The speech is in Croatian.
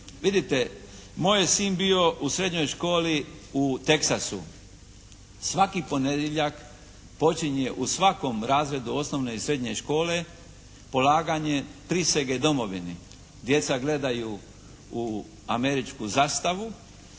Vidite moj je sin bio u srednjoj školi u Teksasu. Svaki ponedjeljak počinje u svakom razredu osnovne i srednje škole prisege domovini. Djeca gledaju u američku zastavu,